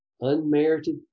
unmerited